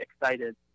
excited